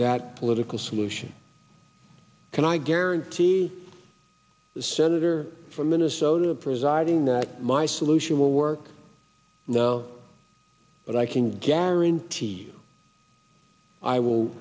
that political solution can i guarantee the senator from minnesota presiding that my solution will work no but i can guarantee you i will